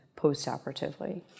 postoperatively